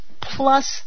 plus